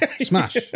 smash